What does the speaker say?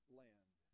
land